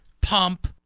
pump